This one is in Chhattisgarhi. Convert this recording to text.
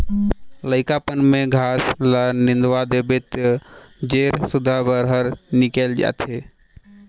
लइकापन में घास ल निंदवा देबे त जेर सुद्धा बन हर निकेल जाथे